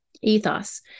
ethos